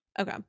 Okay